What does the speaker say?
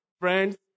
friends